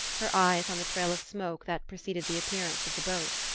her eyes on the trail of smoke that preceded the appearance of the boat.